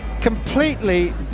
completely